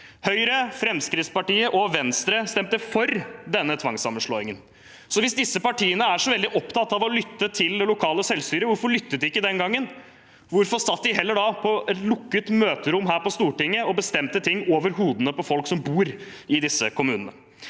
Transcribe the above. Høyre, Fremskrittspartiet og Venstre stemte for denne tvangssammenslåingen. Hvis disse partiene er så veldig opptatt av å lytte til det lokale selvstyret, hvorfor lyttet de ikke den gangen? Hvorfor satt de heller på et lukket møterom her på Stortinget og bestemte ting over hodene på folk som bor i disse kommunene?